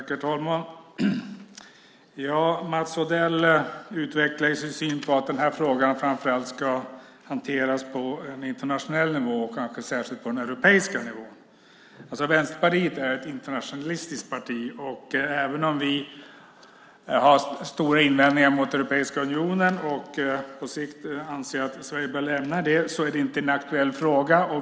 Herr talman! Mats Odell utvecklar sin syn på att den här frågan framför allt ska hanteras på internationell nivå och kanske särskilt på europeisk nivå. Vänsterpartiet är ett internationalistiskt parti. Även om vi har stora invändningar mot Europeiska unionen och anser att Sverige på sikt bör lämna den, är det en internationell fråga.